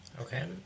Okay